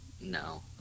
No